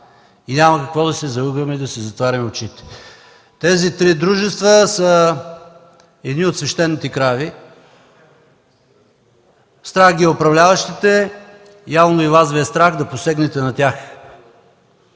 Няма какво да се залъгваме и да си затваряме очите. Тези три дружества са едни от свещените крави. Страх ги е управляващите, явно и Вас Ви е страх да посегнете на тях.